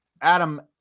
Adam